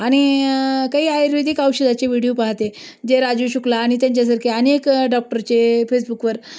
आणि काही आयुर्वेदिक औषधाचे व्हिडिओ पाहते जे राजीव शुक्ला आणि त्यांच्यासारखे अनेक डॉक्टरचे फेसबुकवर